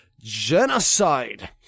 genocide